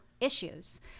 issues